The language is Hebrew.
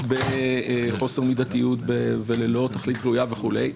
בחוסר מידתיות וללא תכלית ראויה וכולי.